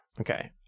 Okay